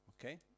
okay